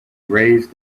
raised